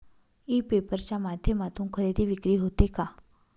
E paper च्या माध्यमातून खरेदी विक्री होते का?